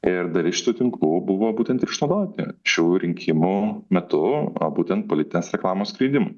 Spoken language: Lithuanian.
ir dar iš tų tinklų buvo būtent išnaudoti šių rinkimų metu būtent politinės reklamos skleidimui